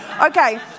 Okay